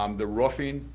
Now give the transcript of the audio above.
um the roofing,